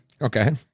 Okay